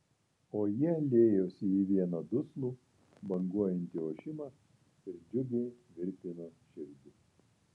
o jie liejosi į vieną duslų banguojantį ošimą ir džiugiai virpino širdį